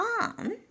on